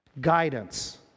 guidance